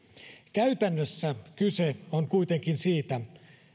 käytännössä kyse on kuitenkin siitä